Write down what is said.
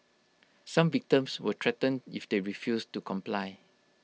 some victims were threatened if they refused to comply